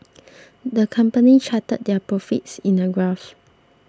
the company charted their profits in a graph